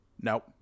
nope